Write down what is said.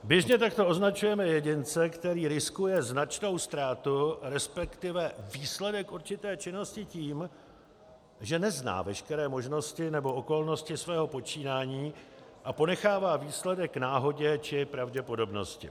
Běžně takto označujeme jedince, který riskuje značnou ztrátu, resp. výsledek určité činností tím, že nezná veškeré možnosti nebo okolnosti svého počínání a ponechává výsledek náhodě či pravděpodobnosti.